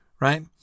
Right